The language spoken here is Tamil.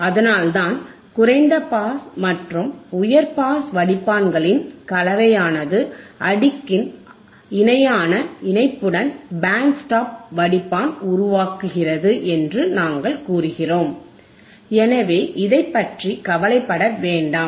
அதனால்தான்குறைந்த பாஸ் மற்றும் உயர் பாஸ் வடிப்பான்களின் கலவையானது அடுக்கின் இணையான இணைப்புடன் பேண்ட் ஸ்டாப் வடிப்பான் உருவாக்குகிறது என்று நாங்கள் கூறுகிறோம் எனவே இதைப் பற்றி கவலைப்பட வேண்டாம்